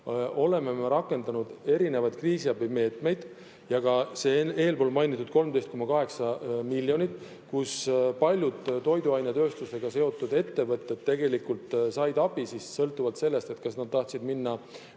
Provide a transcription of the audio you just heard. oleme rakendanud erinevaid kriisiabimeetmeid, näiteks ka see eelpool mainitud 13,8 miljonit, kust paljud toiduainetööstusega seotud ettevõtted said abi sõltuvalt sellest, kas nad tahtsid minna